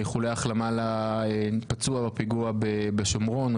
איחולי החלמה לפצוע בפיגוע בשומרון,